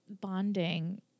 bonding